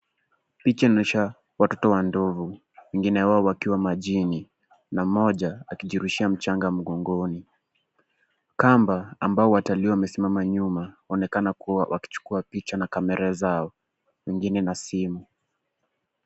Picha inaonyesha watoto wa ndovu, wengine wao wakiwa majini, na mmoja, akijirushia mchanga mgongoni. Kamba, ambao watalii wamesimama nyuma, wanaonekana kuwa wakichukua picha na kamera zao, wengine na simu.